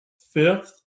fifth